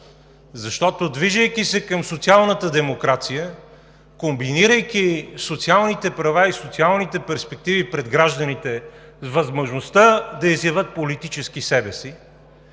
Движейки се към социалната демокрация, комбинирайки социалните права и социалните перспективи пред гражданите с възможността да изявят политически себе си